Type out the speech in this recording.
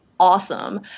awesome